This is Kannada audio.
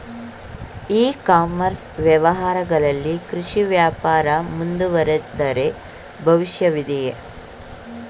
ಇ ಕಾಮರ್ಸ್ ವ್ಯವಹಾರಗಳಲ್ಲಿ ಕೃಷಿ ವ್ಯಾಪಾರ ಮುಂದುವರಿದರೆ ಭವಿಷ್ಯವಿದೆಯೇ?